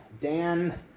Dan